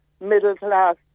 middle-class